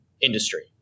industry